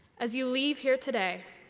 as you leave here today,